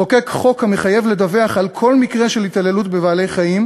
לחוקק חוק המחייב לדווח על כל מקרה של התעללות בבעלי-חיים